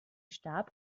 stab